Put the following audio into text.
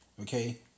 Okay